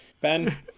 Ben